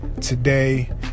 today